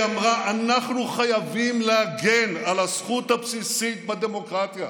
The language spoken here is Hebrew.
היא אמרה: אנחנו חייבים להגן על הזכות הבסיסית בדמוקרטיה,